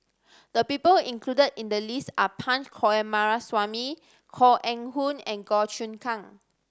the people included in the list are Punch Coomaraswamy Koh Eng Hoon and Goh Choon Kang